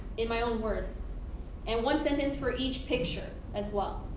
in my own words and one sentence for each picture as well.